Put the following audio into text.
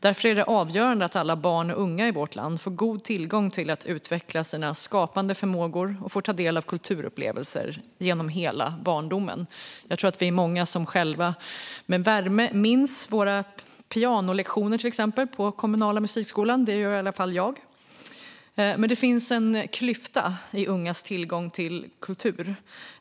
Därför är det avgörande att alla barn och unga i vårt land får god tillgång till att utveckla sina skapande förmågor och får ta del av kulturupplevelser genom hela barndomen. Jag tror att vi är många som minns till exempel kommunala musikskolans pianolektioner med värme. Det gör i alla fall jag. Men det finns en klyfta i ungas tillgång till kultur.